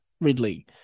Ridley